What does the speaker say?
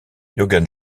jürgen